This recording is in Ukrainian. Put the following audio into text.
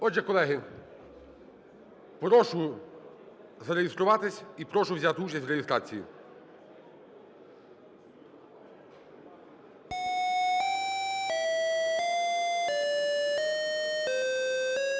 Отже, колеги, прошу зареєструватись і прошу взяти участь в реєстрації.